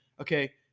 Okay